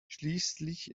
schließlich